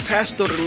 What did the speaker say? Pastor